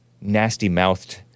nasty-mouthed